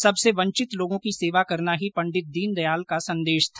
सबसे वंचित लोगों की सेवा करना ही पंडित दीनदयाल का संदेश था